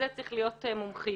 בזה צריכה להיות מומחיות.